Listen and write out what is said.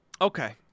Okay